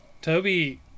Toby